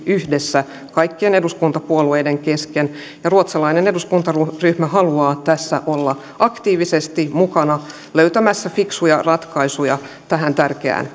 yhdessä kaikkien eduskuntapuolueiden kesken ja ruotsalainen eduskuntaryhmä haluaa tässä olla aktiivisesti mukana löytämässä fiksuja ratkaisuja tähän tärkeään